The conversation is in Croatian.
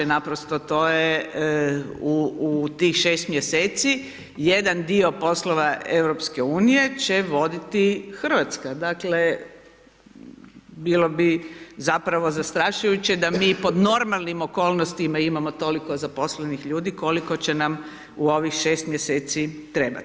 Naprosto to je u tih 6 mjeseci jedan dio poslova EU će voditi Hrvatska, dakle bilo bi zapravo zastrašujuće da mi pod normalnim okolnostima imamo toliko zaposlenih ljudi koliko će nam u ovih 6 mjeseci trebat.